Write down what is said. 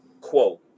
quote